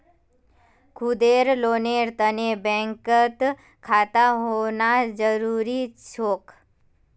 खुदेर लोनेर तने बैंकत खाता होना जरूरी छोक